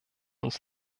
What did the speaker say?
uns